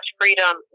freedom